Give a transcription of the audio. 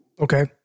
Okay